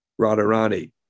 Radharani